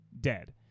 dead